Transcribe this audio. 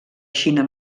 xina